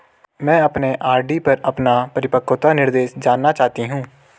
मैं अपने आर.डी पर अपना परिपक्वता निर्देश जानना चाहती हूँ